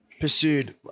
pursued